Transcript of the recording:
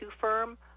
firm